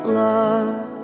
love